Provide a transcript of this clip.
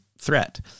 threat